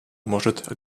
может